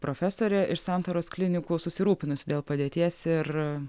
profesorė iš santaros klinikų susirūpinusi dėl padėties ir